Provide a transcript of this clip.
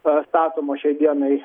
a statomo šiai dienai